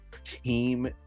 Team